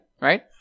Right